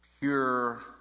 pure